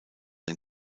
ein